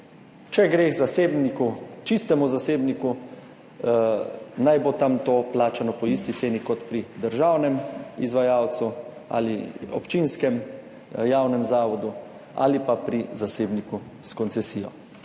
Če gre k zasebniku, čistemu zasebniku, naj bo tam to plačano po isti ceni kot pri državnem izvajalcu ali občinskem javnem zavodu ali pa pri zasebniku s koncesijo.